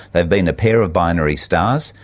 they've been a pair of binary stars,